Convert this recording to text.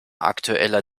aktueller